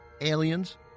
aliens